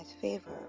favor